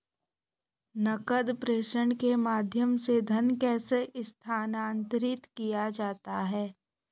नकद प्रेषण के माध्यम से धन कैसे स्थानांतरित किया जाता है?